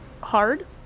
Hard